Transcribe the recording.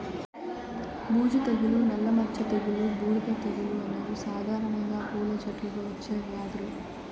బూజు తెగులు, నల్ల మచ్చ తెగులు, బూడిద తెగులు అనేవి సాధారణంగా పూల చెట్లకు వచ్చే వ్యాధులు